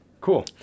cool